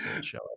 show